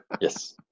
Yes